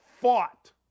fought